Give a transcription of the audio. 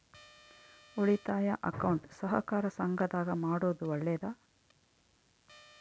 ಉಳಿತಾಯ ಅಕೌಂಟ್ ಸಹಕಾರ ಸಂಘದಾಗ ಮಾಡೋದು ಒಳ್ಳೇದಾ?